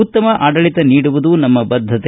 ಉತ್ತಮ ಆಡಳಿತ ನೀಡುವುದು ನಮ್ಮ ಬದ್ದತೆ